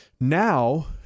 Now